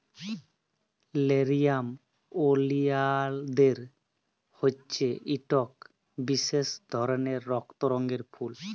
লেরিয়াম ওলিয়ালদের হছে ইকট বিশেষ রকমের রক্ত রঙের ফুল